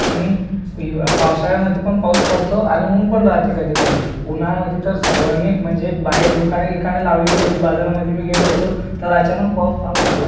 आणि हिव पावसाळ्यामध्ये पण पाऊस पडतो आणि ऊनपण रायते कधी कधी उन्हाळ्यामध्ये तर सर्वांनी म्हणजे बाहेर दुकाने गिकाने लावलेली होती बाजारामध्ये मी गेलो होतो तर अचानक पाऊस चालू झाला